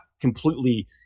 completely